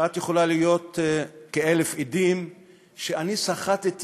ואת יכולה להעיד כאלף עדים שאני סחטתי